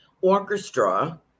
orchestra